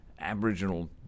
aboriginal